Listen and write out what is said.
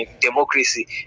democracy